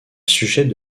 sujet